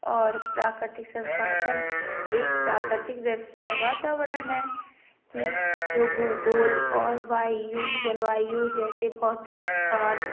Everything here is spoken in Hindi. और प्राकृतिक संसाधन एक प्राकृतिक व्यवसाय वातावरण है कि जो भूगोल और वायु जलवायु जैसे भौतिक स्थान